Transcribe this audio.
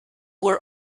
were